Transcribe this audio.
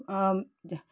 ಜ